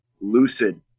Lucid